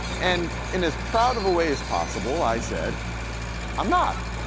and in as proud of a way as possible, i said i'm not.